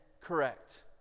correct